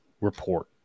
report